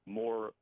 more